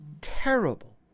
terrible